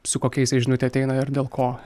su kokia jisai žinute ateina ir dėl ko